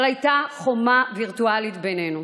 אבל הייתה חומה וירטואלית בינינו,